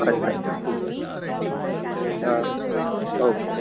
अच्छा अच्छा ठीक आहे हं ओके ओके